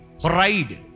Pride